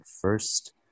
first